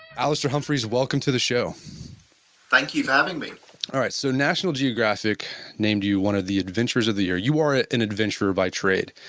alastair humphreys welcome to the show thank you for having me all right so national geographic named you one of the adventurers of the year. you are a and adventurer by trade,